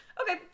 Okay